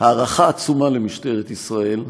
הערכה עצומה למשטרת ישראל.